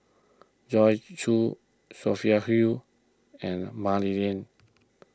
Joyce Jue Sophia Hull and Mah Li Lian